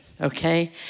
Okay